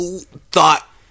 thought